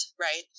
Right